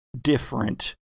different